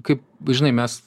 kaip žinai mes